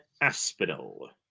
Aspinall